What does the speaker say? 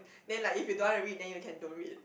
then like if you don't want to read then you can don't read